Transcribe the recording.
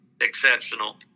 exceptional